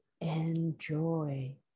enjoy